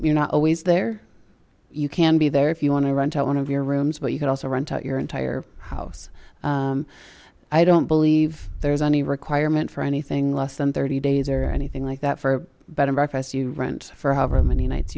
you're not always there you can be there if you want to rent out one of your rooms but you could also rent out your entire house i don't believe there's any requirement for anything less than thirty days or anything like that for a bed and breakfast you rent for however many nights